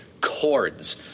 cords